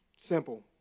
Simple